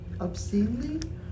obscenely